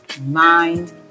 mind